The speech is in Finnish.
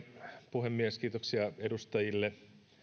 puhemies kiitoksia edustajille